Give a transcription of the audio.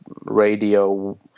radio